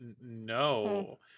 no